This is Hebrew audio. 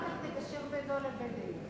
אחר כך תגשר בינו לביני.